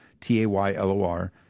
T-A-Y-L-O-R